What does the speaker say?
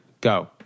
Go